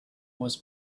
was